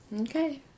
Okay